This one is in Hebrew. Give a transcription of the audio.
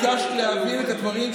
ביקשת להבהיר את הדברים,